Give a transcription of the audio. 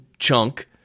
Chunk